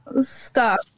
Stop